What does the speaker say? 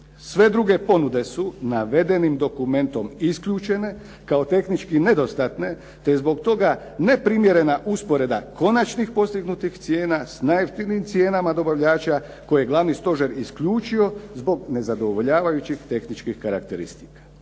Sve druge ponude su navedenim dokumentom isključene, kao tehnički nedostatne te je zbog toga neprimjerena usporedba konačnih postignutih cijena s najjeftinijim cijenama dobavljača koje je Glavni stožer isključio zbog nezadovoljavajućih tehničkih karakteristika.